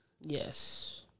Yes